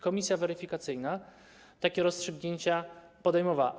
Komisja weryfikacyjna takie rozstrzygnięcia podejmowała.